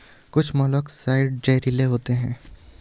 कुछ मोलॉक्साइड्स जहरीले होते हैं